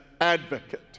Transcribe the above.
advocate